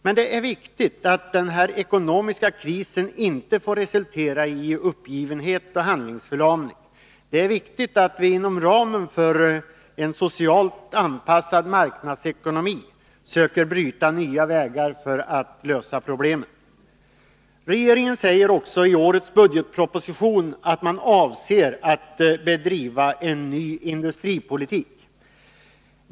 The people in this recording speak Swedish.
Men det är viktigt att den ekonomiska krisen inte får resultera i uppgivenhet och handlingsförlamning. Det är viktigt att vi inom ramen för en socialt anpassad marknadsekonomi söker bryta nya vägar för att lösa problemen. Regeringen säger i årets budgetproposition att man avser att bedriva en ny industripolitik.